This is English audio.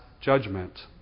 judgment